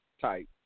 type